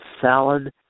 salad